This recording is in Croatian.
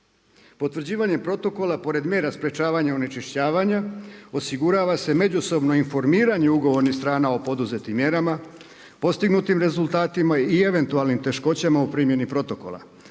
Potvrđivanjem protokola pored mjera sprečavanja onečišćavanja osigurava se međusobno informiranje ugovornih strana o poduzetim mjerama, postignutim rezultatima i eventualnim teškoćama u primjeni protokola,